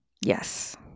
Yes